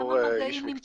בתור איש מקצוע,